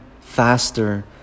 faster